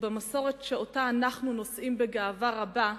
ובמסורת שאנחנו נושאים בגאווה רבה,